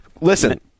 Listen